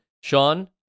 Sean